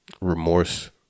remorse